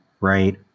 right